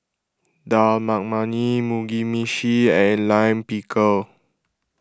Dal Makhani Mugi Meshi and Lime Pickle